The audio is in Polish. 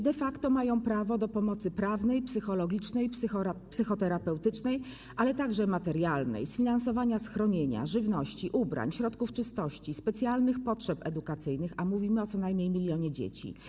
De facto mają prawo do pomocy prawnej, psychologicznej, psychoterapeutycznej, ale także materialnej: sfinansowania kosztów schronienia, żywności, ubrań, środków czystości, specjalnych potrzeb edukacyjnych, a mówimy o co najmniej milionie dzieci.